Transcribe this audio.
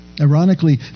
Ironically